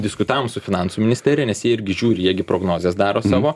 diskutavom su finansų ministerija nes jie irgi žiūri jie gi prognozes daro savo